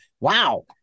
wow